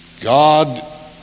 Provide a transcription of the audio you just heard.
God